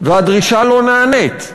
והדרישה לא נענית.